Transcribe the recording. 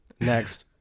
Next